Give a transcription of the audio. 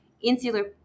insular